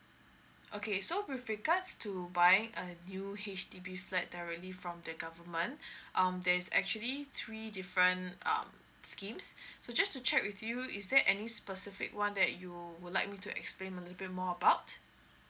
okay so with regards to buying a new H_D_B flat directly from the government um there's actually three different um schemes so just to check with you is there any specific one that you would like me to explain a little more about